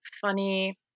funny